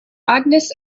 agnes